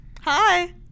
Hi